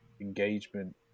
engagement